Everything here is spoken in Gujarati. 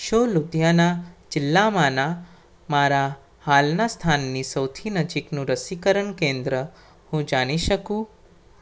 શું લુધિયાણા જિલ્લામાંના મારા હાલનાં સ્થાનની સૌથી નજીકનું રસીકરણ કેન્દ્ર હું જાણી શકું